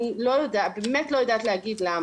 אני באמת לא יודעת להגיד למה.